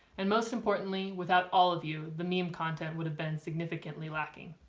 and most importantly without all of you the meme content would have been significantly lacking.